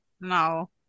No